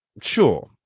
sure